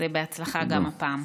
בהצלחה גם הפעם.